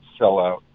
sellout